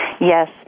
Yes